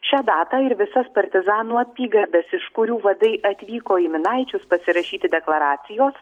šią datą ir visas partizanų apygardas iš kurių vadai atvyko į minaičius pasirašyti deklaracijos